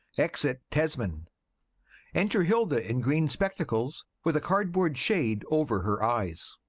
exit tesman enter hilda in green spectacles, with a cardboard shade over her eyes.